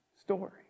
story